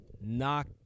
knock